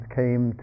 came